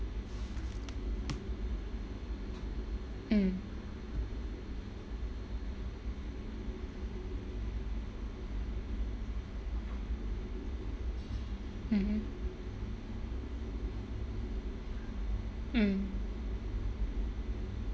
mm mmhmm mm